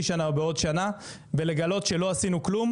שנה או בעוד שנה ולגלות שלא עשינו כלום,